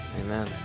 Amen